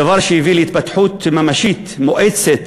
דבר שהביא להתפתחות ממשית, מואצת,